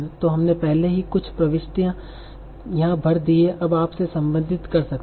तो हमने पहले ही कुछ प्रविष्टियाँ यहाँ भर दी हैं अब आप इस से संबंधित कर सकते हैं